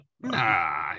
Nah